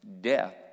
death